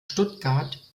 stuttgart